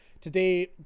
today